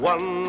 One